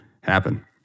happen